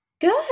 Good